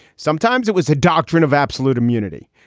sometimes it was a doctrine of absolute immunity.